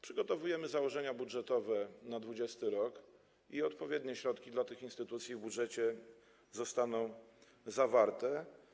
Przygotowujemy założenia budżetowe na 2020 r. i odpowiednie środki dla tych instytucji w budżecie zostaną zawarte.